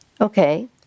Okay